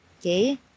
okay